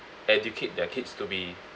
educate their kids to be